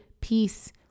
peace